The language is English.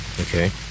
Okay